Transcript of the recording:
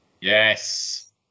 Yes